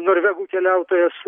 norvegų keliautojas